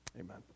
amen